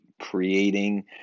creating